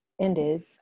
ended